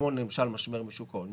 כמו למשל משבר בשוק ההון,